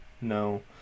no